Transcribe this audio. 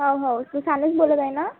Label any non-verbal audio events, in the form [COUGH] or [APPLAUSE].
हो हो तू [UNINTELLIGIBLE] बोलत आहे ना